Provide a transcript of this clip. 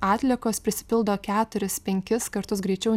atliekos prisipildo keturis penkis kartus greičiau